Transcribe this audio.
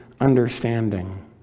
understanding